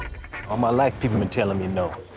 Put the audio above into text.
all my life people been telling me no.